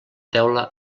teula